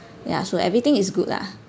ya so everything is good lah